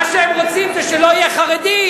מה שהם רוצים זה שלא יהיה חרדי,